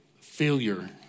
failure